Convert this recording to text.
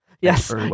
Yes